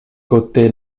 côté